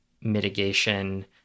mitigation